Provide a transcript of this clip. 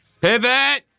Pivot